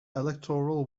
electoral